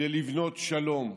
כדי לבנות שלום,